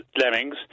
Lemmings